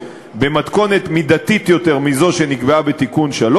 במתכונת מידתית יותר מזו שנקבעה בתיקון 3,